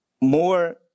more